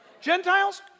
Gentiles